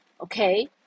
Okay